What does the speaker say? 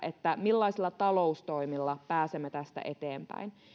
millaisilla taloustoimilla pääsemme tästä eteenpäin